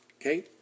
Okay